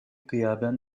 gıyaben